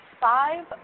five